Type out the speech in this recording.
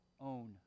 own